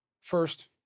First